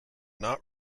not